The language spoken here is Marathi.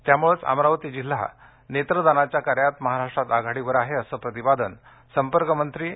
त्यामुळेच अमरावती जिल्हा नेत्रदानाच्या कार्यात महाराष्ट्रात आघाडीवर आहे असं प्रतिपादन संपर्कमंत्री एड